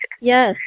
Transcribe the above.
Yes